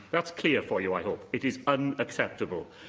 that's clear for you, i hope. it is unacceptable.